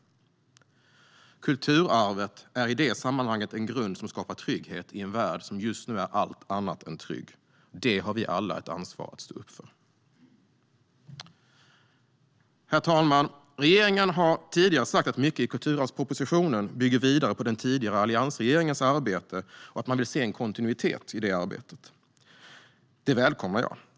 Kulturarvet är i det sammanhanget en grund som skapar trygghet i en värld som just nu är allt annat än trygg. Det har vi alla ett ansvar att stå upp för. Herr talman! Regeringen har tidigare sagt att mycket i kulturarvspropositionen bygger vidare på den tidigare alliansregeringens arbete och att man vill se en kontinuitet i det arbetet. Det välkomnar jag.